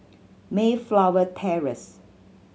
Mayflower Terrace